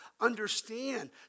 understand